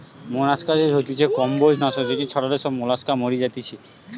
molluscicide হতিছে কম্বোজ নাশক যেটি ছড়ালে সব মোলাস্কা মরি যাতিছে